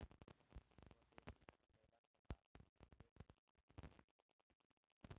स्वदेशी आन्दोलन के बाद इ ढेर प्रयोग होखे लागल